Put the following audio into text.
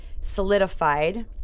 solidified